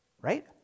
right